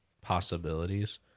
possibilities